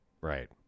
Right